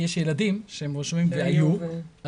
כי יש ילדים שהיו רשומים ועזבו.